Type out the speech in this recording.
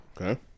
Okay